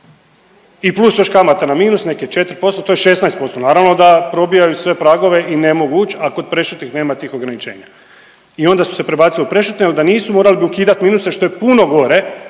i plus još kamata na minus nek je 4% to je 16%, naravno da probijaju sve pragove i ne mogu uć, a kod prešutnih nema tih ograničenja. I onda su se prebacili u prešutne jer da nisu morali bi ukidati minuse što je puno gore.